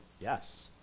Yes